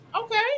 Okay